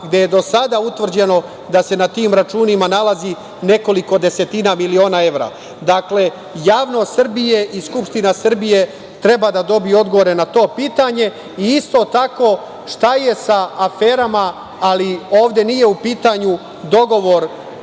gde je do sada utvrđeno da se na tim računima nalazi nekoliko desetina miliona evra? Dakle, javnost Srbije i Skupština Srbije treba da dobiju odgovore na to pitanje.I isto tako, šta je sa aferama, ali ovde nije u pitanju dogovor